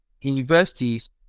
universities